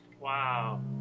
wow